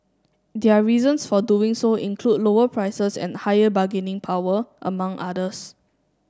their reasons for doing so include lower prices and higher bargaining power among others